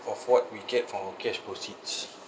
of what we get from our cash proceeds